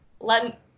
let